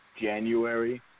January